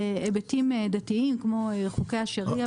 היבטים דתיים כמו חוקי השריעה,